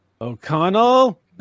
O'Connell